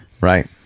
Right